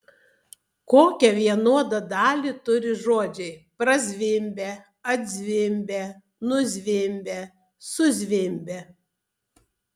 kokią vienodą dalį turi žodžiai prazvimbia atzvimbia nuzvimbia suzvimbia